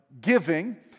giving